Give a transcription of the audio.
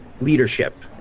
leadership